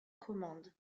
commande